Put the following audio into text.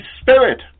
spirit